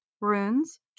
runes